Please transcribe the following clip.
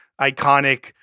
iconic